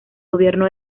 gobierno